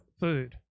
food